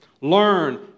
Learn